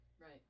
right